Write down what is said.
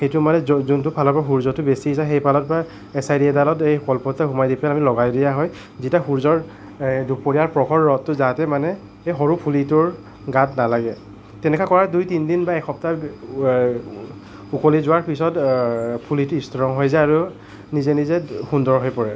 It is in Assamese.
সেইটো মানে যো যোনটো ফালৰ পৰা সূৰ্য্যটো বেছি যায় সেইফালৰ পৰা এচাৰি এডালত এই কলপটুৱা সোমাই দি পেলাই আমি লগাই দিয়া হয় যেতিয়া সূৰ্য্যৰ দুপৰীয়া প্ৰখৰ ৰ'দটো যাতে মানে এই সৰু পুলিটোৰ গাত নালাগে তেনেকৈ কৰা দুই তিনিদিন বা এসপ্তাহ উকলি যোৱাৰ পিছত পুলিটো ষ্ট্ৰং হৈ যায় আৰু নিজে নিজে সুন্দৰ হৈ পৰে